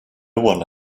one